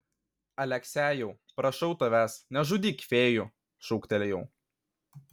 aleksejau prašau tavęs nežudyk fėjų šūktelėjau